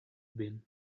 been